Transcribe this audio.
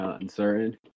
uncertain